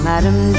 Madam